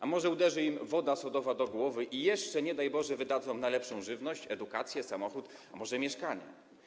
A może uderzy im woda sodowa do głowy i jeszcze, nie daj Boże, wydadzą na lepszą żywność, edukację, samochód, a może mieszkanie?